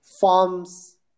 farms